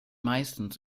meistens